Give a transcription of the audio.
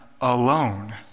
alone